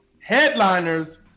headliners